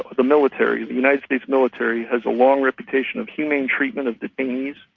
the military, the united states military has a long reputation of humane treatment of detainees,